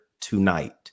tonight